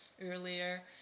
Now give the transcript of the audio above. earlier